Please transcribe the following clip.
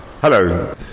Hello